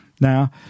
Now